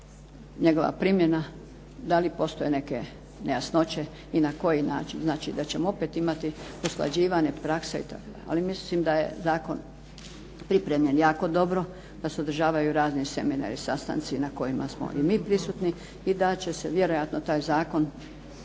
njegova primjena, da li postoje neke nejasnoće i na koji način. Znači da ćemo opet imati usklađivanje prakse itd., ali mislim da je zakon pripremljen jako dobro, da se održavaju razni seminari, sastanci na kojima smo i mi prisutni i da će se vjerojatno taj zakon